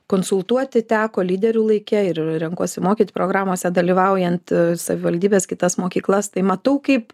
konsultuoti teko lyderių laike ir renkuosi mokyt programose dalyvaujant savivaldybės kitas mokyklas tai matau kaip